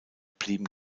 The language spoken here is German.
blieben